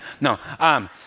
no